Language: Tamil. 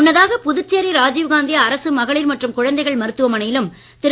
முன்னதாக புதுச்சேரி ராஜீவ் காந்தி அரசு மகளிர் மற்றும் குழந்தைகள் மருத்துவமனையிலும் திரு